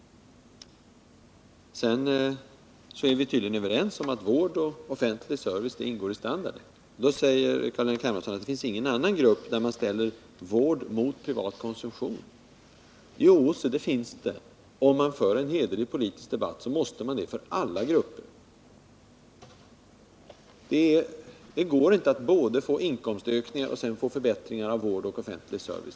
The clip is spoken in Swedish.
Vi är tydligen överens om att vård och offentlig service ingår i standarden. Då säger Carl-Henrik Hermansson att det finns ingen annan grupp där man ställer vård mot privat konsumtion. Jo, se det finns det. Om man för en hederlig politisk debatt måste man ta hänsyn till alla grupper. Det går inte att få både inkomstökningar för medborgarna och förbättringar av vård och offentlig service.